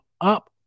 up